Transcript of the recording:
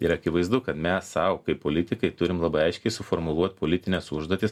ir akivaizdu kad mes sau kaip politikai turim labai aiškiai suformuluot politines užduotis